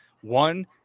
One